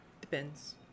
Depends